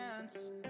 Chance